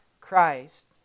Christ